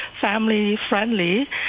family-friendly